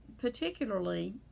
particularly